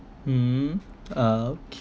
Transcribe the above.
hmm oh